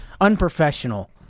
Unprofessional